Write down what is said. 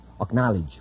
Acknowledge